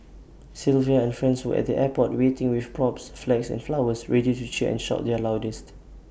Sylvia and friends were at the airport waiting with props flags and flowers ready to cheer and shout their loudest